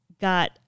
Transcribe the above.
got